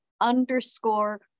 underscore